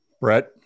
Brett